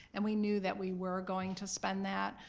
and we knew that we were going to spend that.